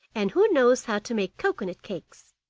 and who knows how to make cocoanut cakes